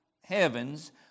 heavens